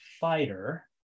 fighter